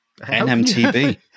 NMTB